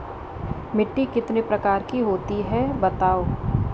मिट्टी कितने प्रकार की होती हैं बताओ?